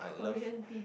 Korean B_B_Q